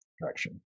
direction